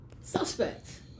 suspect